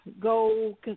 go